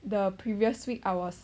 the previous week I was